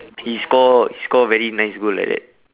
he score he score very nice goal like that